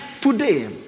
Today